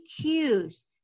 cues